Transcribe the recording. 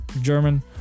German